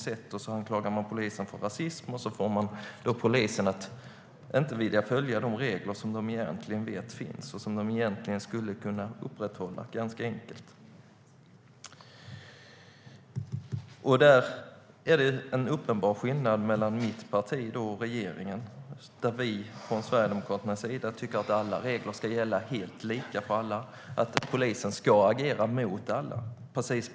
Sedan anklagar man polisen för rasism, och så får man polisen att inte vilja följa de regler som de egentligen vet finns och som de egentligen skulle kunna upprätthålla ganska enkelt. Där finns det en uppenbar skillnad mellan mitt parti och regeringen. Vi i Sverigedemokraterna tycker att alla regler ska gälla lika för alla och att polisen ska agera mot alla.